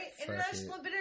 International